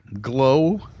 glow